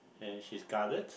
and she's guarded